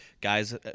guys